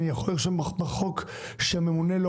אם צריך אני יכול לרשום בחוק שהממונה לא